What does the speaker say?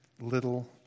little